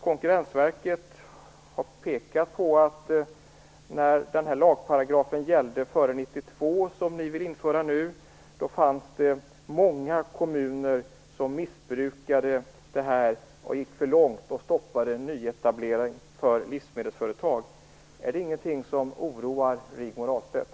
Konkurrensverket har pekat på att det, när den lagparagraf som ni nu vill införa gällde, före 1992, fanns många kommuner som missbrukade det här, gick för långt och stoppade nyetablering för livsmedelsföretag. Är det ingenting som oroar Rigmor Ahlstedt?